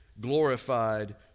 glorified